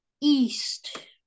East